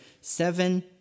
seven